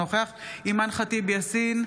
אינו נוכח אימאן ח'טיב יאסין,